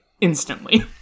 instantly